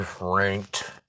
ranked